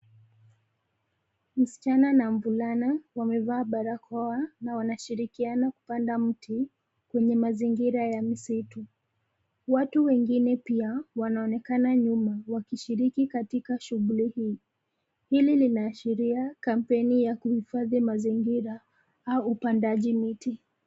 Msichana na mvulana wamevaa barakoa na wanashirikiana kupanda mti kwenye mazingira ya msitu. Watu wengine pia wanaonekana nyuma wakishiriki katika shughuli hii. Hili linaashiria kampeni ya kuhifadhi mazingira au upandaji miti.